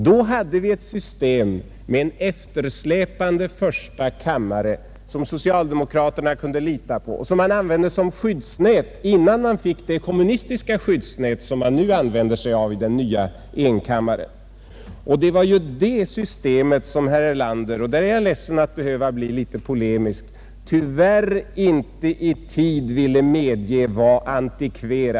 Då hade vi ett system med en eftersläpande första kammare som socialdemokraterna kunde lita på och som de använde som skyddsnät innan de fick det kommunistiska skyddsnätet som de nu begagnar sig av i den nya enkammarriksdagen. Det var det systemet som herr Erlander — jag är ledsen att jag måste bli litet polemisk — tyvärr inte i tid ville medge var inadekvat.